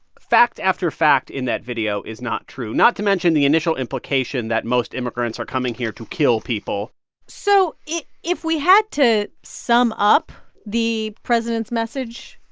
fact after fact in that video is not true, not to mention the initial implication that most immigrants are coming here to kill people so if we had to sum up the president's message,